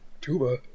tuba